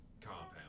compound